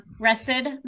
Rested